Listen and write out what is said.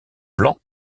blanc